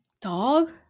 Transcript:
Dog